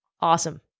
Awesome